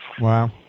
Wow